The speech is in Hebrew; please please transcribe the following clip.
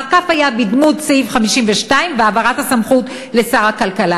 המעקף היה בדמות סעיף 52 והעברת הסמכות לשר הכלכלה.